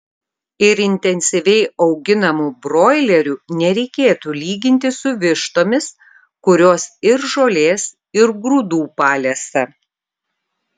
ir intensyviai auginamų broilerių nereikėtų lyginti su vištomis kurios ir žolės ir grūdų palesa